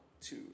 two